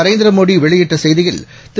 நரேந்திரமோடிவெளியிட்டசெய்தியில் திரு